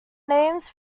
names